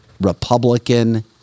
Republican